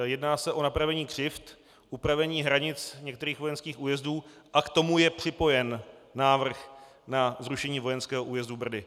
Jedná se o napravení křivd, upravení hranic některých vojenských újezdů a k tomu je připojen návrh na zrušení vojenského újezdu Brdy.